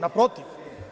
Naprotiv.